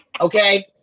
Okay